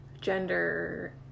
gender